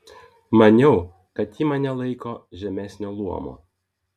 maniau kad ji mane laiko žemesnio luomo